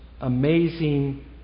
amazing